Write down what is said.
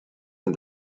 and